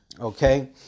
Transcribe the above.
Okay